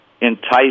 entice